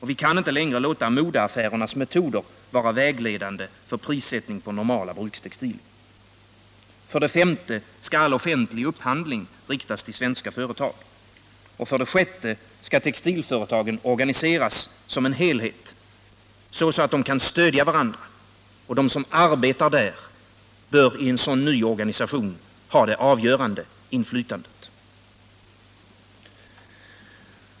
Vi kan inte längre låta modeaffärernas metoder vara vägledande för prissättningen på normala brukstextilier. För det femte skall all offentlig upphandling riktas till svenska företag. För det sjätte skall textilföretagen organiseras som en helhet så att de kan stödja varandra. De som arbetar där bör i en sådan ny organisation ha det avgörande inflytandet.